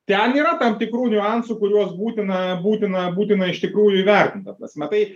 ten yra tam tikrų niuansų kuriuos būtina būtina būtina iš tikrųjų įvertint ta prasme tai